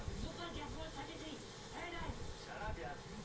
हम महीना में पाँच हजार रुपया ही कमाई ला हमे भी डेबिट कार्ड मिली?